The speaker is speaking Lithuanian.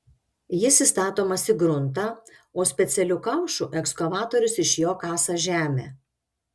jis įstatomas į gruntą o specialiu kaušu ekskavatorius iš jo kasa žemę